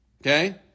Okay